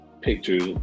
pictures